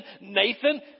Nathan